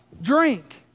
drink